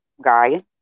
guy